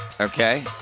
Okay